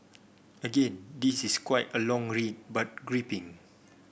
again this is quite a long read but gripping